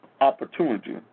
opportunity